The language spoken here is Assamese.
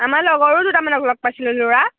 আমাৰ লগৰো দুটামান লগ পাইছিলোঁ ল'ৰা